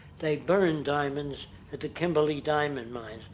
they burn diamonds at the kimberly diamond mine.